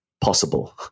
possible